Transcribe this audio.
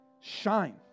shine